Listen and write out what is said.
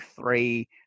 three